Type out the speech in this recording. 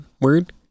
word